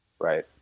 Right